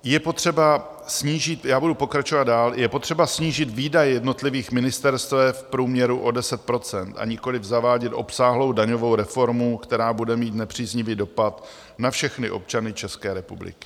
Je potřeba snížit já budu pokračovat dál je potřeba snížit výdaje jednotlivých ministerstev v průměru o 10 %, a nikoliv zavádět obsáhlou daňovou reformu, která bude mít nepříznivý dopad na všechny občany České republiky.